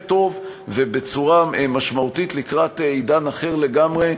טוב ובצורה משמעותית לקראת עידן אחר לגמרי,